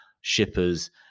shippers